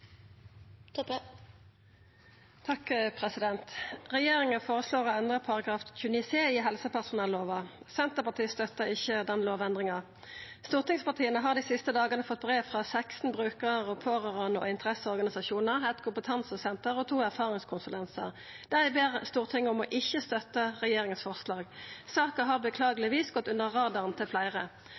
Regjeringa føreslår å endra § 29 c i helsepersonellova. Senterpartiet støttar ikkje den lovendringa. Stortingspartia har dei siste dagane fått brev frå 16 brukarar, pårørande og interesseorganisasjonar, eit kompetansesenter og to erfaringskonsulentar. Dei ber Stortinget om ikkje å støtta regjeringa sitt forslag. Saka har dessverre gått under radaren til fleire.